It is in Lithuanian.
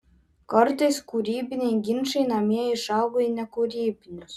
kartais kūrybiniai ginčai namie išauga į nekūrybinius